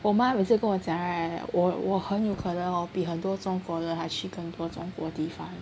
我妈妈每次跟我讲 right 我我很有可能 hor 比很多中国人还去更多中国地方